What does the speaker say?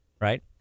right